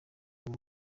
wowe